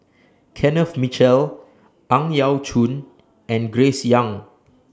Kenneth Mitchell Ang Yau Choon and Grace Young